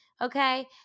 Okay